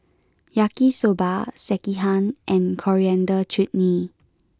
Yaki Soba Sekihan and Coriander Chutney